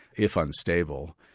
if unstable,